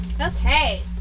Okay